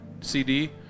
CD